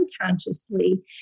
unconsciously